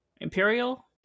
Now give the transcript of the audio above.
imperial